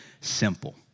simple